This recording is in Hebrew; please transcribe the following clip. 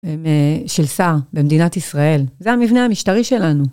של שר במדינת ישראל, זה המבנה המשטרי שלנו.